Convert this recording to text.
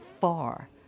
far